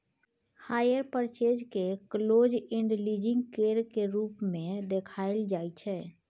hire purchase केँ close end leasing केर रूप मे देखाएल जाइ छै